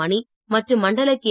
மணி மற்றும் மண்டல கே